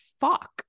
fuck